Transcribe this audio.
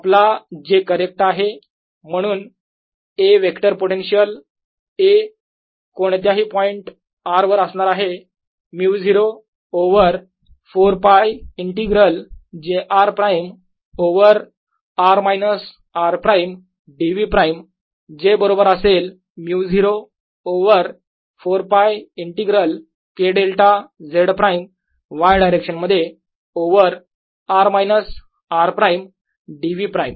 yKl आपला j correct आहे म्हणून A वेक्टर पोटेन्शियल A कोणत्याही पॉईंट r वर असणार आहे μ0 over 4π integral j r prime over r minus r prime dv prime जे बरोबर असेल μ0 over 4π integral k delta Z prime y direction मध्ये over r minus r prime dv prime